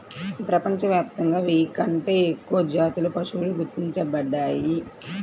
ప్రపంచవ్యాప్తంగా వెయ్యి కంటే ఎక్కువ జాతుల పశువులు గుర్తించబడ్డాయి